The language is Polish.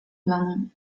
planem